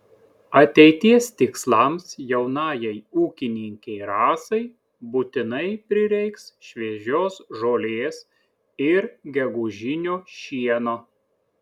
ateities tikslams jaunajai ūkininkei rasai būtinai prireiks šviežios žolės ir gegužinio šieno